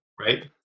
Right